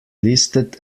listed